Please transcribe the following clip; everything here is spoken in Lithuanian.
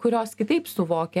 kurios kitaip suvokia